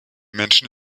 menschen